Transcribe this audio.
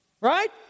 right